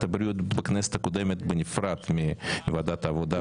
הבריאות בכנסת הקודמת בנפרד מוועדת העבודה והרווחה.